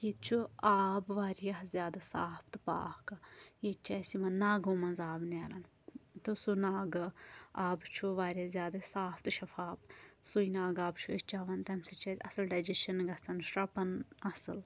ییٚتہِ چھُ آب واریاہ زیادٕ صاف تہٕ پاک ییٚتہِ چھِ اَسہِ یِمن ناگو منٛز آب نیران تہٕ سُہ ناگہٕ آب چھُ واریاہ زیادٕ صاف تہٕ شفاف سُے ناگہٕ آب چھُ أسۍ چٮ۪وان تَمہِ سۭتۍ چھِ اَسہِ اَصٕل ڈجشَن گژھان شرٛپان اَصٕل